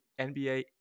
NBA